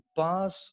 pass